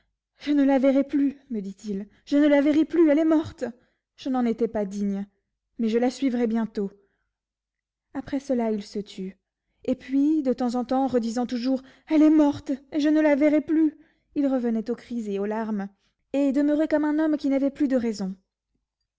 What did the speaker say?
je ne la verrai plus me dit-il je ne la verrai plus elle est morte je n'en étais pas digne mais je la suivrai bientôt après cela il se tut et puis de temps en temps redisant toujours elle est morte et je ne la verrai plus il revenait aux cris et aux larmes et demeurait comme un homme qui n'avait plus de raison